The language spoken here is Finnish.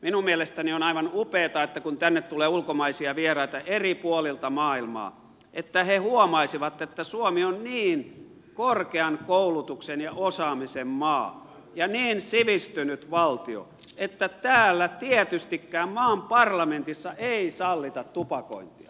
minun mielestäni on aivan upeata että kun tänne tulee ulkomaisia vieraita eri puolilta maailmaa he huomaisivat että suomi on niin korkean koulutuksen ja osaamisen maa ja niin sivistynyt valtio että täällä tietystikään maan parlamentissa ei sallita tupakointia